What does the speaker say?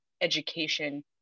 education